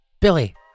Billy